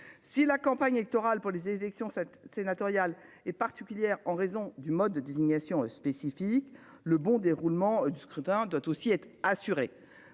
Si la campagne électorale pour les élections cette sénatoriale est particulière en raison du mode de désignation spécifique. Le bon déroulement du scrutin doit aussi être assurée.